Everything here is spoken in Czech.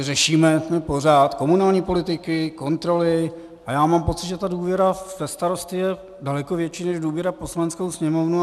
Řešíme tady pořád komunální politiky, kontroly a já mám pocit, že ta důvěra ve starosty je daleko větší než důvěra v Poslaneckou sněmovnu.